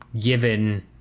given